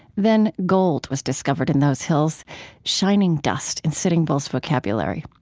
then gold was discovered in those hills shining dust, in sitting bull's vocabulary.